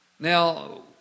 Now